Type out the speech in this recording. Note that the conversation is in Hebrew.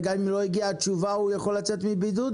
וגם אם לא הגיעה התשובה הוא יכול לצאת מבידוד?